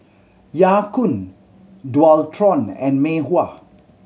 Ya Kun Dualtron and Mei Hua